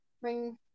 bring